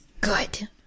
Good